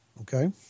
okay